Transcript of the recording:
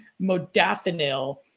modafinil